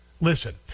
Listen